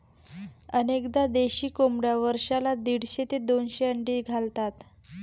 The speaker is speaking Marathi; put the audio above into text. अनेकदा देशी कोंबड्या वर्षाला दीडशे ते दोनशे अंडी घालतात